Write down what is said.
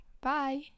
Bye